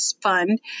fund